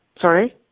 Sorry